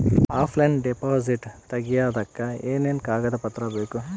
Offline deposit ತೆಗಿಯೋದಕ್ಕೆ ಏನೇನು ಕಾಗದ ಪತ್ರ ಬೇಕು?